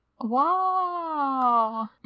Wow